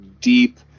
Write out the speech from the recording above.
deep